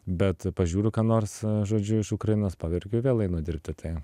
bet pažiūriu ką nors žodžiu iš ukrainos paverkiu vėl einu dirbti tai